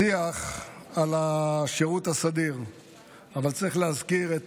בשיח על השירות הסדיר צריך להזכיר את